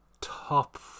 top